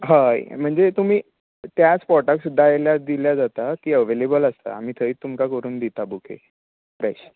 हय म्हणजे तुमी त्याच स्पोटाक सुद्दा आयल्यार दिल्यार जाता तीं एवेलेबल आसा आमी थंयच तुमकां करून दिता बुके फ्रेश